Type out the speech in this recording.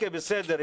בסדר,